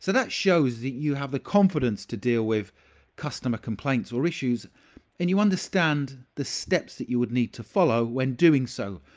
so that shows that you have the confidence to deal with customer complaints or issues and you understand the steps that you would need to follow when doing so.